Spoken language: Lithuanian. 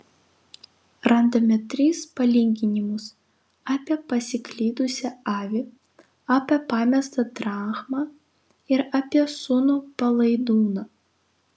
randame tris palyginimus apie pasiklydusią avį apie pamestą drachmą ir apie sūnų palaidūną